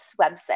website